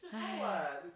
!aiya!